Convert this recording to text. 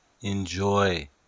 enjoy